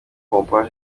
pompaje